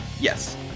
Yes